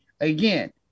Again